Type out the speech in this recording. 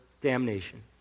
damnation